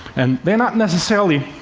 and they're not necessarily,